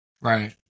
Right